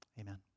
Amen